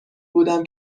بودم